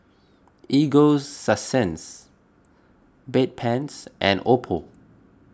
Ego Sunsense Bedpans and Oppo